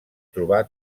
trobar